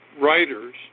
writers